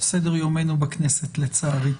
זה סדר יומנו בכנסת, לצערי.